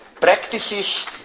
practices